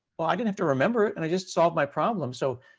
well i didn't have to remember it and i just solved my problem. so,